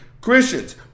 Christians